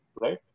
right